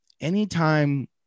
anytime